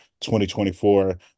2024